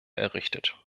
errichtet